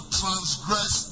transgress